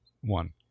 One